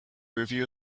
review